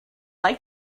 like